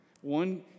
One